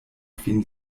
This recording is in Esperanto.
kvin